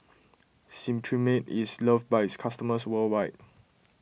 Cetrimide is loved by its customers worldwide